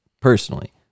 personally